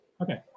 Okay